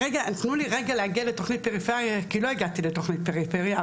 תנו לי רגע להגיע לתכנית פריפריה כי לא הגעתי לתכנית פריפריה.